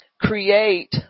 create